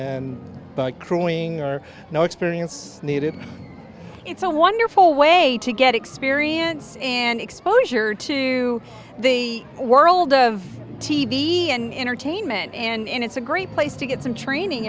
crewing or no experience needed it's a wonderful way to get experience and exposure to the world of t v and entertainment and it's a great place to get some training